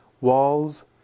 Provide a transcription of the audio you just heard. walls